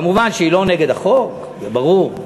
מובן שהיא לא נגד החוק, זה ברור.